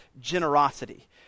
generosity